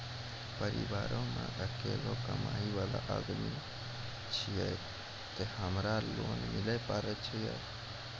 परिवारों मे अकेलो कमाई वाला आदमी छियै ते हमरा लोन मिले पारे छियै?